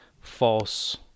false